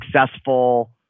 successful